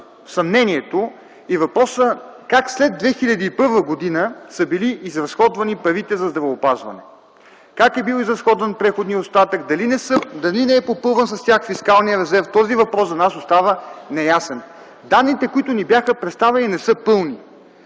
съмнението и въпроса как след 2001 г. са били изразходвани парите за здравеопазване, как е бил изразходван преходният остатък, дали не е попълван с тях фискалният резерв. Този въпрос за нас остава неясен. Данните, които ни бяха представени, не са пълни.